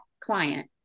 client